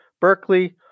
Berkeley